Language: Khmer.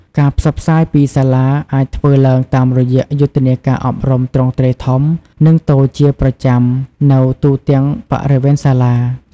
ការផ្សព្វផ្សាយពីសាលាអាចធ្វើឡើងតាមរយៈយុទ្ធនាការអប់រំទ្រង់ទ្រាយធំនិងតូចជាប្រចាំនៅទូទាំងបរិវេណសាលា។